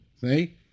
See